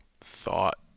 thought